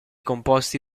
composti